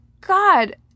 God